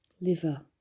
liver